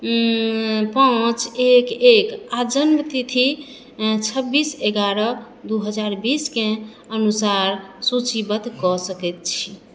पाॅंच एक एक आ जन्म तिथि छब्बीस एगारह दू हजार बीस केँ अनुसार सूचीबद्ध कऽ सकैत छी